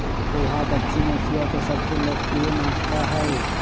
पोहा दक्षिण एशिया के सबसे लोकप्रिय नाश्ता हई